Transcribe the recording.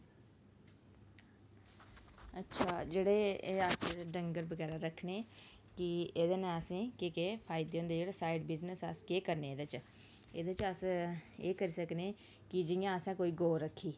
अच्छा जेह्ड़े एह् अस डंगर बगैरा रक्खने के एह्दे ने असेंगी केह् केह् फायदे होंदे जेहड़े साइड बिजनेस अस केह् करने एह्दे च एह्दे च अस एह् करी सकने कि जियां असें कोई गौ रक्खी